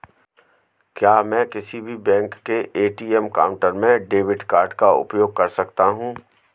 क्या मैं किसी भी बैंक के ए.टी.एम काउंटर में डेबिट कार्ड का उपयोग कर सकता हूं?